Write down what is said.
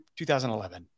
2011